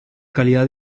calidad